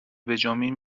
بجنبین